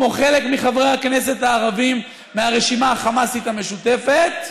כמו חלק מחברי הכנסת הערבים מהרשימה החמאסית המשותפת,